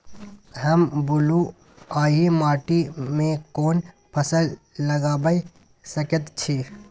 हम बलुआही माटी में कोन फसल लगाबै सकेत छी?